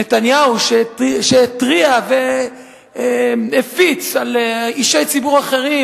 נתניהו שהתריע והפיץ על אישי ציבור אחרים,